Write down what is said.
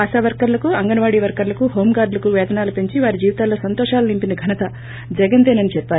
ఆశా వర్కర్లకు అంగన్వాడీ వర్కర్లకు హోంగార్గులకు వేతనాలు పెంచి వారి జీవితాల్లో సంతోషాలు నింపిన ఘనత జగన్ దే నని చెప్పారు